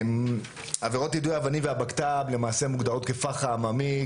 עבירות יידוי אבנים והבקת"ב למעשה מוגדרות כפחה עממי,